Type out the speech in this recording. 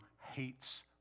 hates